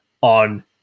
on